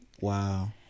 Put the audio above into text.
wow